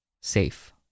Safe